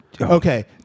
Okay